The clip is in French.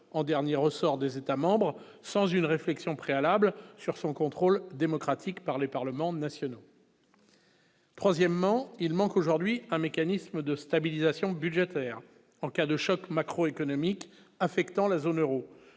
en dernier ressort des États-membres sans une réflexion préalable sur son contrôle démocratique par les parlements nationaux. Troisièmement, il manque aujourd'hui un mécanisme de stabilisation budgétaire en cas de choc macroéconomique affectant la zone Euro,